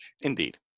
Indeed